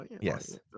Yes